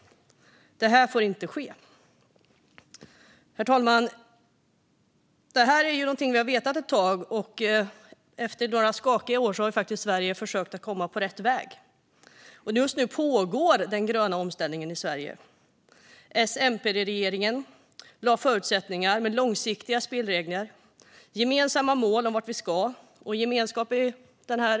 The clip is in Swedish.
Det får inte ske. Herr talman! Detta är någonting vi har vetat ett tag, och efter några skakiga år har faktiskt Sverige försökt komma på rätt väg. Just nu pågår den gröna omställningen i Sverige. Genom långsiktiga spelregler och gemensamma mål för vart vi ska skapade S-MP-regeringen förutsättningar.